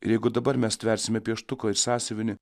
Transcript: ir jeigu dabar mes stversime pieštuką ir sąsiuvinį